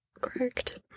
correct